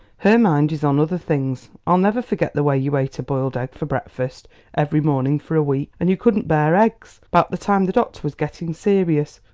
her mind is on other things. i'll never forget the way you ate a boiled egg for breakfast every morning for a week and you couldn't bear eggs about the time the doctor was getting serious.